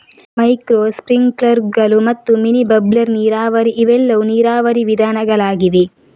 micro ಸ್ಪ್ರಿಂಕ್ಲರುಗಳು ಮತ್ತು mini bubbler ನೀರಾವರಿ ಇವೆಲ್ಲವೂ ನೀರಾವರಿ ವಿಧಾನಗಳಾಗಿವೆ